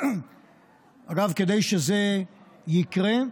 אגב, כדי שזה יקרה,